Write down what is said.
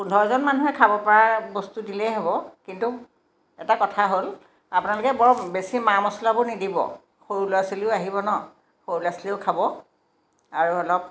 পোন্ধৰজন মানুহে খাব পৰা বস্তু দিলেই হ'ব কিন্তু এটা কথা হ'ল আপোনালোকে বৰ বেছি মা মছলাবোৰ নিদিব সৰু ল'ৰা ছোৱালীও আহিব ন সৰু ল'ছালীও খাব আৰু অলপ